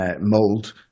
mold